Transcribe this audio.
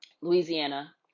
Louisiana